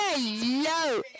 Hello